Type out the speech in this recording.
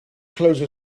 close